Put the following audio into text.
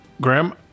Graham